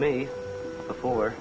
me before